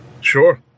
Sure